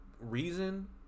reason